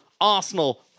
Arsenal